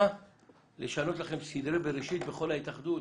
לשנות לכם סדרי בראשית בכל ההתאחדות,